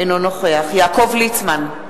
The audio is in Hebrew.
אינו נוכח יעקב ליצמן,